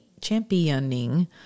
championing